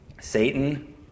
Satan